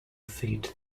feet